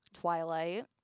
Twilight